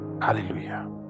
Hallelujah